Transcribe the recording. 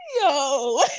Yo